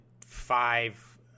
five